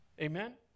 Amen